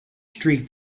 streak